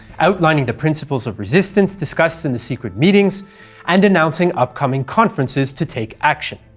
outlining the principles of resistance discussed in the secret meetings and announcing upcoming conferences to take action.